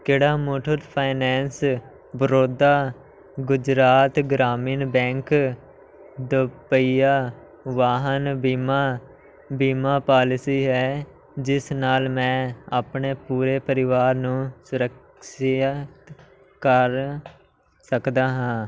ਕਿਹੜਾ Muthoot finance Baroda Gujarat Gramin bank ਦੋ ਪਹੀਆ ਵਾਹਨ ਬੀਮਾ ਬੀਮਾ ਪਾਲਿਸੀ ਹੈ ਜਿਸ ਨਾਲ ਮੈਂ ਆਪਣੇ ਪੂਰੇ ਪਰਿਵਾਰ ਨੂੰ ਸੁਰੱਖਿਅਤ ਕਰ ਸਕਦਾ ਹਾਂ